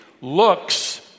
looks